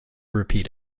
repeat